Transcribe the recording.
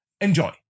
Enjoy